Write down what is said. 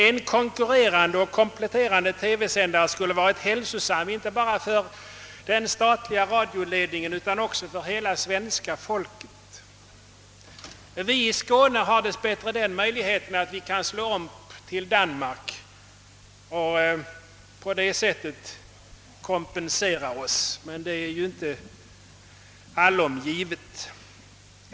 En konkurrerande och kompletterande TV-sändare skulle vara hälsosam inte bara för den statliga radioledningen utan också för hela svenska folket. Vi i Skåne har dess bättre möjligheten att slå om till Danmark och på det sättet kompensera oss, men det är ju inte allom givet.